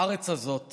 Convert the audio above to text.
הארץ הזאת